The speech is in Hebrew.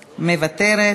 מוותרת,